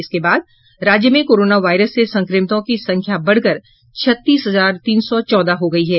इसके बाद राज्य में कोरोना वायरस से संक्रमितों की संख्या बढ़कर छत्तीस हजार तीन सौ चौदह हो गयी है